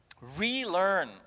relearn